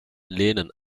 lehnen